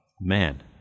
man